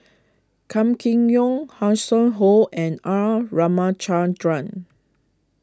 Kam Kee Yong Hanson Ho and R Ramachandran